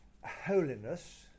Holiness